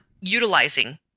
utilizing